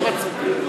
לא רציתי,